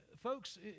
Folks